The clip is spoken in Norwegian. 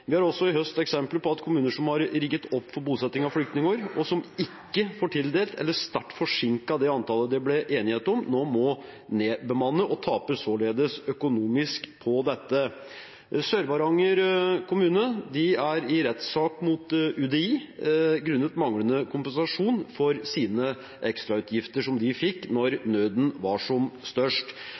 Vi har også i høst eksempler på at kommuner som har rigget opp for bosetting av flyktninger, som ikke – eller sterkt forsinket – får tildelt det antallet det ble enighet om, nå må nedbemanne og således taper økonomisk på dette. Sør-Varanger kommune er i rettssak mot UDI grunnet manglende kompensasjon for sine ekstrautgifter da nøden var som størst.